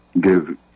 give –